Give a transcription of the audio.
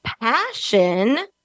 passion